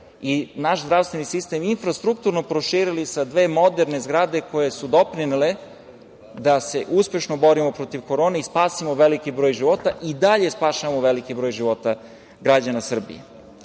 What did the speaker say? i naš zdravstveni sistem i infrastrukturno proširili sa dve moderne zgrade koje su doprinele da se uspešno borimo protiv korone i spasimo veliki broj života, i dalje spašavamo veliki broj života građana Srbije. Radilo